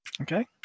Okay